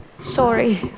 Sorry